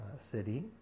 city